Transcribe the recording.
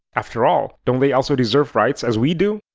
after all, don't they also deserve rights as we do?